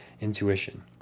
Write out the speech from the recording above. intuition